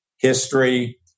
history